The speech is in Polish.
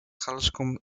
halszką